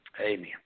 Amen